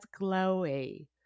glowy